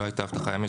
לא הייתה אבטחה ימית,